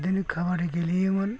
बिदिनो खाबादि गेलेयोमोन